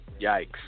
yikes